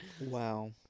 Wow